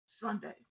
Sunday